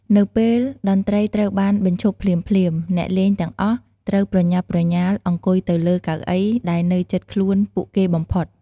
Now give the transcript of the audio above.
នៅពេលតន្ត្រីត្រូវបាន បញ្ឈប់ភ្លាមៗ អ្នកលេងទាំងអស់ត្រូវប្រញាប់ប្រញាល់អង្គុយទៅលើកៅអីដែលនៅជិតខ្លួនពួកគេបំផុត។